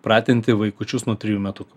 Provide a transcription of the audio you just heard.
pratinti vaikučius nuo trijų metukų